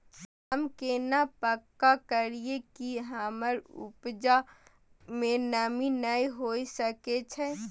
हम केना पक्का करियै कि हमर उपजा में नमी नय होय सके छै?